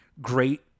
great